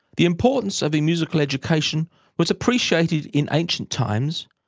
the importance of a musical education was appreciated in ancient times,